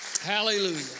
Hallelujah